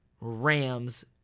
Rams